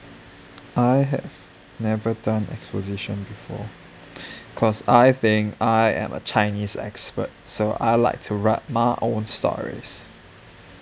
I have never done exposition before cause I think I am a chinese expert so I like to write my own stories